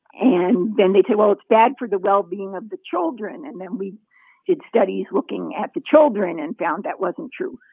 and then they'd say, well, it's bad for the well-being of the children, and then we did studies looking at the children and found that wasn't true.